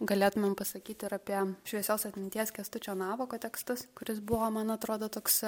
galėtumėm pasakyti ir apie šviesios atminties kęstučio navako tekstus kuris buvo man atrodo toks